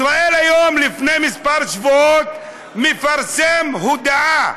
ישראל היום, לפני כמה שבועות, פרסם הודעה: